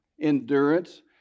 Endurance